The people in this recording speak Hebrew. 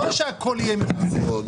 לא שהכול יהיה ממוסה.